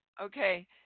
Okay